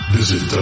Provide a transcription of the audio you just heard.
Visit